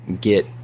get